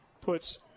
puts